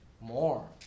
more